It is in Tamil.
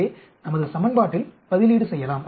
எனவே நமது சமன்பாட்டில் பதிலீடு செய்யலாம்